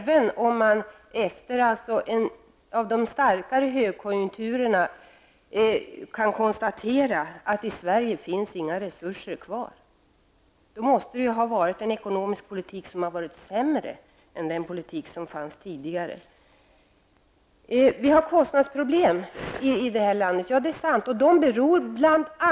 Men efter en av de starkare högkonjunkturerna kan man konstatera att det inte finns några resurser kvar i Sverige. Då måste den ekonomiska politiken ha varit sämre än den politik som tidigare fördes. Det är sant att det finns kostnadsproblem i det här landet.